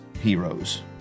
heroes